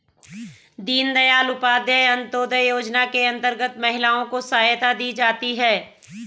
दीनदयाल उपाध्याय अंतोदय योजना के अंतर्गत महिलाओं को सहायता दी जाती है